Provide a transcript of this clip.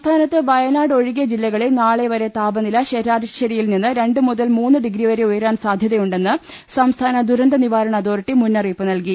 സംസ്ഥാനത്ത് വയനാട് ഒഴികെ ജില്ലകളിൽ നാളെ വരെ താപ നില ശരാശ രി യിൽനിന്ന് രണ്ട് മുതൽ മൂന്നു ഡിഗ്രിവിരെ ഉയരാൻ സാധൃതയുണ്ടെന്ന് സംസ്ഥാന ദുരന്തനിവാ രണ അതോറിറ്റി മുന്നറിയിപ്പുനൽകി